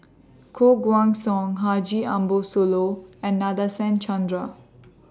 Koh Guan Song Haji Ambo Sooloh and Nadasen Chandra